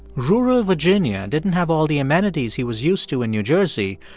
rural virginia didn't have all the amenities he was used to in new jersey,